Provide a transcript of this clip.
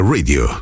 Radio